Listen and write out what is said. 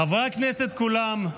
חברי הכנסת כולם,